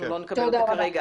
אנחנו לא נקבל אותה כרגע.